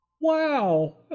Wow